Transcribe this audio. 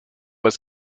was